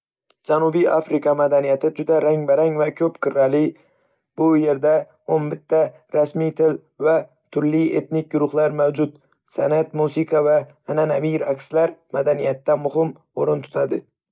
Janubiy Afrika madaniyati juda rang-barang va ko'p qirrali, bu yerda o'n bitta rasmiy til va turli etnik guruhlar mavjud. San'at, musiqa va an'anaviy raqslar madaniyatda muhim o'rin tutadi.